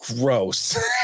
gross